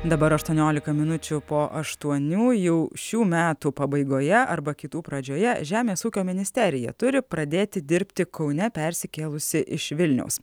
dabar aštuoniolika minučių po aštuonių jau šių metų pabaigoje arba kitų pradžioje žemės ūkio ministerija turi pradėti dirbti kaune persikėlusi iš vilniaus